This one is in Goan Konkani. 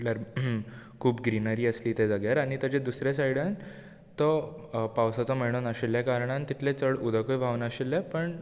म्हटल्यार खूब ग्रिनरी आशिल्ली त्या जाग्यार आनी ताच्या दुसऱ्या सायडान तो पावसाचो म्हयनो नाशिल्ल्या कारणान तितले चड उदकूय व्हावनाशिल्लें पण